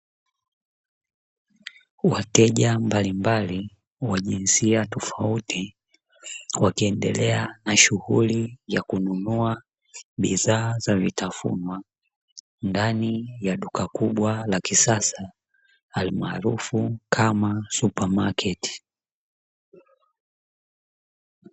Wateja mbalimbali wa jinsia tofauti wakiendelea na shughuli ya kununua bidhaa za vitafunwa ndani ya duka kubwa la kisasa almaarufu kama(super market).